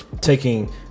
taking